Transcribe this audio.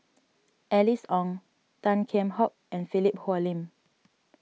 Alice Ong Tan Kheam Hock and Philip Hoalim